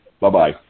Bye-bye